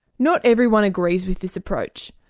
not everyone agrees with this approach.